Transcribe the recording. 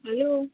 hello